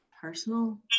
personal